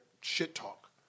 shit-talk